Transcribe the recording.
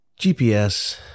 GPS